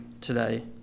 today